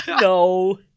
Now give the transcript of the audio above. no